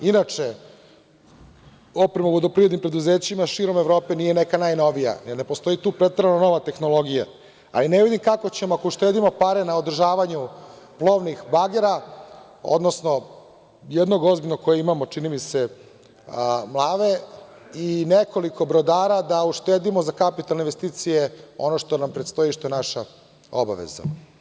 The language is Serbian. Inače, oprema u vodoprivrednim preduzećima širom Evrope nije neka najnovija, jer ne postoji tu preterano nova tehnologija, a i ne vidim kako ćemo ako uštedimo pare na održavanju plovnih bagera, odnosno jednog ozbiljnog kojeg imamo, čini mi se Mlave i nekoliko brodara, da uštedimo za kapitalne investicije, ono što nam predstoji i što je naša obaveza.